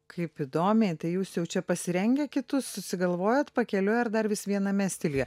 kaip įdomiai tai jūs jau čia pasirengę kitus susigalvojat pakeliui ar dar vis viename stiliuje